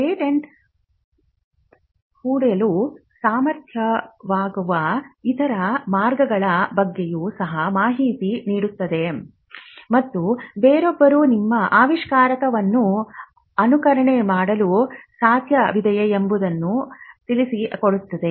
ಪೇಟೆಂಟನ್ನು ಹೊಡೆಯಲು ಸಾಧ್ಯವಾಗುವ ಇತರ ಮಾರ್ಗಗಳ ಬಗ್ಗೆಯೂ ಸಹ ಮಾಹಿತಿ ನೀಡುತ್ತದೆ ಮತ್ತು ಬೇರೊಬ್ಬರು ನಿಮ್ಮ ಆವಿಷ್ಕಾರವನ್ನು ಅನುಕರಣೆ ಮಾಡಲು ಸಾಧ್ಯವಿದೆಯೇ ಎಂಬುದನ್ನು ತಿಳಿಸಿಕೊಡುತ್ತದೆ